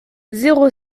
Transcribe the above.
zéro